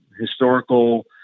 historical